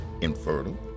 infertile